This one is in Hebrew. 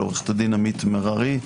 לעו"ד עמית מררי,